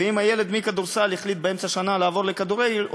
ואם הילד מכדורסל החליט באמצע השנה לעבור לכדורגל,